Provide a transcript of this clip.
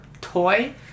toy